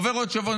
עובר עוד שבוע,